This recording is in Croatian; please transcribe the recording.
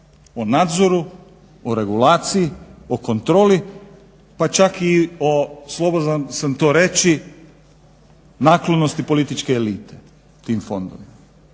o nadzoru, o regulaciji, o kontroli, pa čak i o slobodan sam to reći naklonosti političke elite tih fondova.